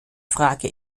frage